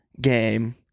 game